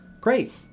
Great